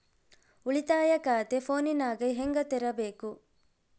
ಉಳಿತಾಯ ಖಾತೆ ಫೋನಿನಾಗ ಹೆಂಗ ತೆರಿಬೇಕು?